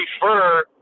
prefer